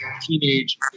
teenage